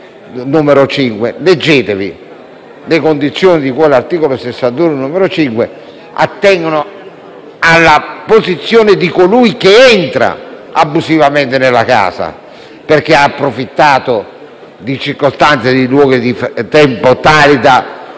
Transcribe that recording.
numero 5. Leggete. Le condizioni di cui all'articolo 61, primo comma, numero 5), attengono alla posizione di colui che entra abusivamente nella casa, perché ha approfittato di circostanze di luogo e di tempo tali da